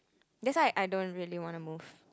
that's why I don't really want to move